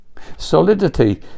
solidity